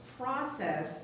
process